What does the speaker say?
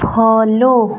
follow